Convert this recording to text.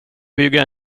bygga